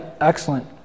excellent